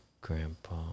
grandpa